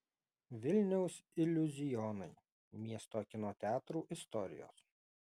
vilniaus iliuzionai miesto kino teatrų istorijos